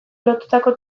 lotutako